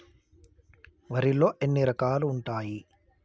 వరిలో ఎన్ని రకాలు ఉంటాయి?